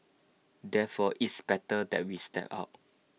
therefore it's better that we step out